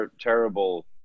terrible